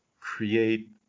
create